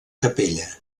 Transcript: capella